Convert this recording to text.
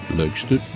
leukste